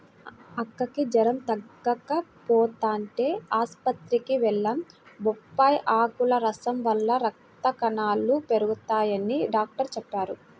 మా అక్కకి జెరం తగ్గకపోతంటే ఆస్పత్రికి వెళ్లాం, బొప్పాయ్ ఆకుల రసం వల్ల రక్త కణాలు పెరగతయ్యని డాక్టరు చెప్పారు